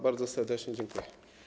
Bardzo serdecznie dziękuję.